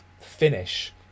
finish